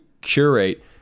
curate